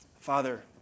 Father